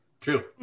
True